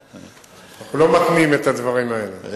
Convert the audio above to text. אנחנו לא מתנים את הדברים האלה.